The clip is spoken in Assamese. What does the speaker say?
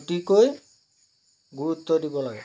অতিকৈ গুৰুত্ব দিব লাগে